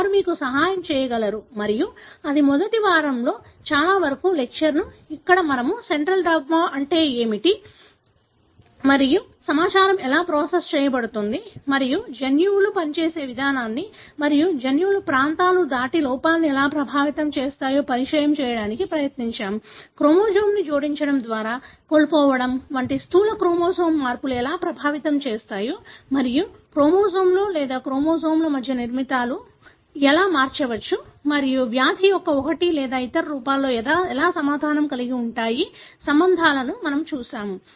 వారు మీకు సహాయం చేయగలరు మరియు అది మొదటి వారంలో చాలా వరకు లెక్చర్ ఇక్కడ మేము సెంట్రల్ డాగ్మా అంటే ఏమిటి సమాచారం ఎలా ప్రాసెస్ చేయబడుతుంది మరియు జన్యువులు పనిచేసే విధానాన్ని మరియు జన్యువుల ప్రాంతాలను దాటి లోపాలను ఎలా ప్రభావితం చేస్తాయో పరిచయం చేయడానికి ప్రయత్నించాము క్రోమోజోమ్ని జోడించడం లేదా కోల్పోవడం వంటి స్థూల క్రోమోజోమ్ మార్పులు ఎలా ప్రభావితం చేస్తాయో మరియు క్రోమోజోమ్లో లేదా క్రోమోజోమ్ల మధ్య కూడా నిర్మాణాలు ఎలా మారవచ్చు మరియు వ్యాధి యొక్క ఒకటి లేదా ఇతర రూపాలతో ఎలా సంబంధం కలిగి ఉంటాయో మనము చూశాము